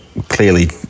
clearly